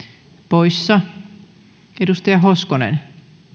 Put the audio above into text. poissa edustaja hoskonen